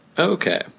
Okay